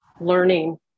learning